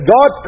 God